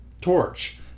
torch